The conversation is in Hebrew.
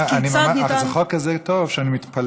אז כיצד ניתן, כן, אבל זה חוק כזה טוב שאני מתפלא.